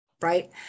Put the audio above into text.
right